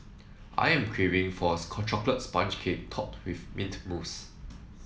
I am craving for a chocolate sponge cake topped with mint mousse